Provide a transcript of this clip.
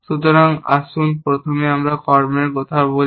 সুতরাং আসুন প্রথমে কর্মের কথা বলি